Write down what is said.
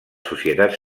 societats